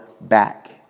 back